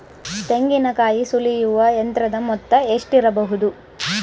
ತೆಂಗಿನಕಾಯಿ ಸುಲಿಯುವ ಯಂತ್ರದ ಮೊತ್ತ ಎಷ್ಟಿರಬಹುದು?